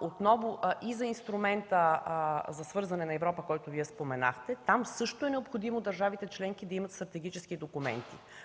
отново и за инструмента за свързване на Европа, който Вие споменахте. Там също е необходимо държавите членки да имат стратегически документи.